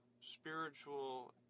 spiritual